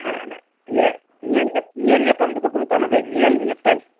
ᱦᱮᱸ ᱚᱱᱮ ᱤᱭᱟᱹ ᱧᱮᱞ ᱧᱟᱯᱟᱢ ᱫᱚ ᱵᱟᱠᱚ ᱢᱮᱛᱟᱜᱼᱟ ᱚᱱᱟᱫᱚ ᱧᱮᱞ ᱧᱮᱯᱮᱞ